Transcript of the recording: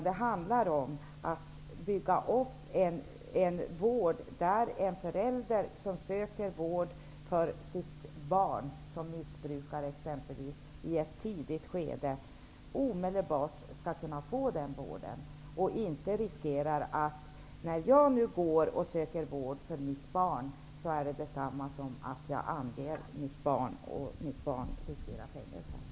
Det handlar om att bygga upp en vård där en förälder som söker vård för sitt barn, som är missbrukare i ett tidigt skede, omedelbart skall kunna få den vården. Det skall inte vara så att förälderns sökande av vård för sitt barn är detsamma som att ange sitt barn så att barnet riskerar fängelse.